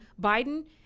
Biden